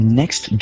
next